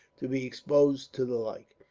to be exposed to the like.